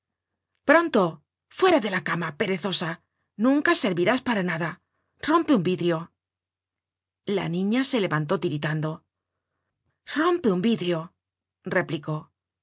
pronto fuera de la cama perezosa nunca servirás para nada rompe un vidrio la niña se levantó tiritando rompe un vidrio replicó la